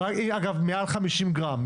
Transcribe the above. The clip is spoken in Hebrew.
אגב, מעל 50 גרם.